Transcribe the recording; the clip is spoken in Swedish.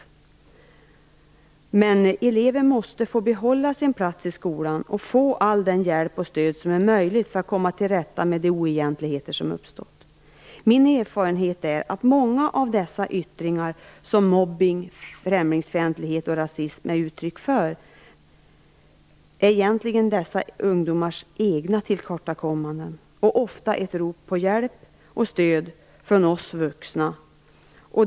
Eleven måste emellertid få behålla sin plats i skolan och få all den hjälp och det stöd som är möjligt för att komma till rätta med de oegentligheter som uppstått. Min erfarenhet är att många av de yttringar som mobbning, främlingsfientlighet och rasism är uttryck för egentligen är uttryck för ungdomarnas egna tillkortakommanden och ofta ett rop på hjälp och stöd från oss vuxna.